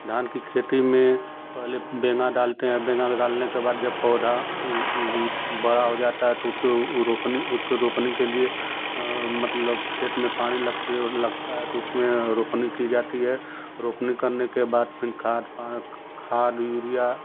धान की खेती में पहले बेंगा डालते हैं बेंगा डालने के बाद जब पौधा बड़ा हो जाता है त उचके रोपनी उतके रोपनी के लिए मतलब खेत में पानी लग के लगता है तो उसमें रोपनी की जाती है रोपनी करने के बाद फिर खाद पा खाद यूरिया